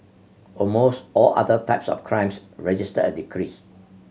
almost all other types of crimes registered a decrease